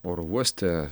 oro uoste